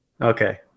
Okay